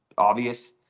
obvious